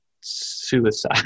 suicide